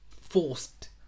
forced